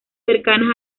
cercanas